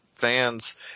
Fans